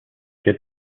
get